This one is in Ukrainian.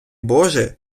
боже